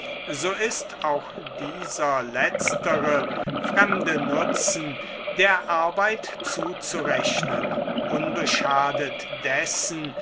so ist auch dieser letztere fremde nutzen der arbeit zuzurechnen unbeschadet dessen